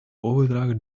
overgedragen